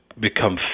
become